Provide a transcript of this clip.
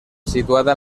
situada